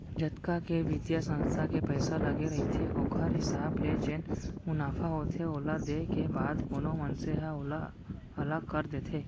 जतका के बित्तीय संस्था के पइसा लगे रहिथे ओखर हिसाब ले जेन मुनाफा होथे ओला देय के बाद कोनो मनसे ह ओला अलग कर देथे